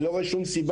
אני לא רואה שום סיבה,